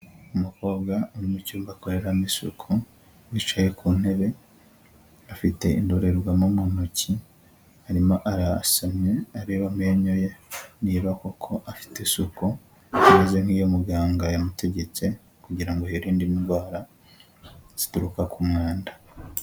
Umukobwa uri mucyumba akoreramo isuku, wicaye ku ntebe, afite indorerwamo mu ntoki, arimo arasamye areba amenyo ye niba koko afite isuku, imeze nk'iyo muganga yamutegetse kugira ngo yirinde indwara zituruka ku mwanda.